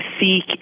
seek